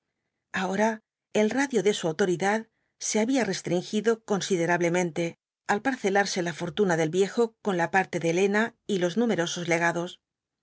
ahora el radio de su autoridad se había restringido considerablemente al parcelarse la fortuna del viejo con la parte de elena y los numerosos legados